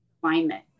climate